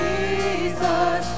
Jesus